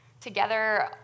together